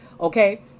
Okay